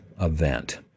event